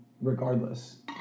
regardless